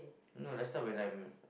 no last time when I'm